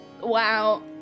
Wow